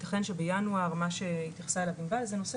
ייתכן שבינואר-מה שהתייחסה אליו ענבל זה נושא